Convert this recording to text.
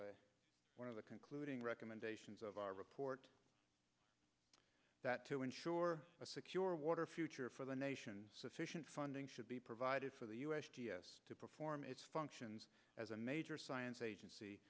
one of the concluding recommendations of our report that to ensure a secure water future for the nation sufficient funding should be provided for the u s g s to perform its functions as a major science agency